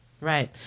Right